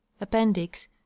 Appendix